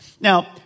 Now